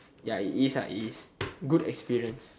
ya it is ah it is good experience